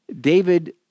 David